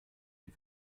die